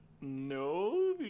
No